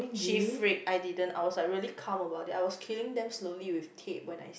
she freaked I didn't I was like really calm about it I was killing them slowly with tape when I see